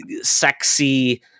sexy